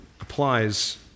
applies